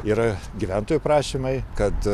yra gyventojų prašymai kad